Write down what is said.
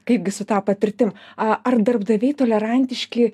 kaipgi su ta patirtim ar darbdaviai tolerantiški